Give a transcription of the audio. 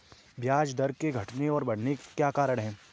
ब्याज दर के घटने और बढ़ने के क्या कारण हैं?